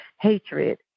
hatred